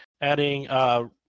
adding